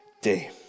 day